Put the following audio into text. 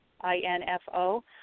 I-N-F-O